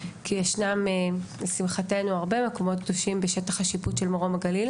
כי לשמחתנו ישנם הרבה מקומות קדושים בשטח השיפוט של מרום הגליל,